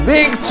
Big